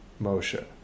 Moshe